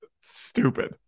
stupid